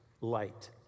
light